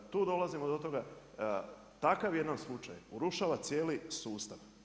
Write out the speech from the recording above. Tu dolazimo do toga, takav jedan slučaj urušava cijeli sustav.